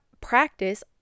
practice